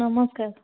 ନମସ୍କାର